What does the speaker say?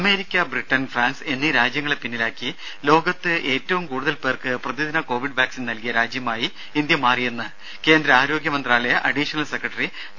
America Britain France എന്നീ രാജ്യങ്ങളെ പിന്നിലാക്കി ലോകത്ത് ഏറ്റവും കൂടുതൽ പേർക്ക് പ്രതിദിന കോവിഡ് വാക്സിൻ നൽകിയ രാജ്യമായി ഇന്ത്യ മാറിയെന്ന് കേന്ദ്ര ആരോഗ്യ മന്ത്രാലയ അഡീഷണൽ സെക്രട്ടറി ഡോ